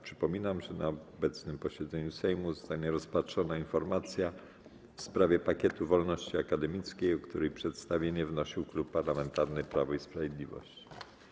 Przypominam, że na obecnym posiedzeniu Sejmu zostanie rozpatrzona informacja w sprawie pakietu wolności akademickiej, o której przedstawienie wnosił Klub Parlamentarny Prawo i Sprawiedliwość.